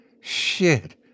Shit